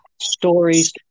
stories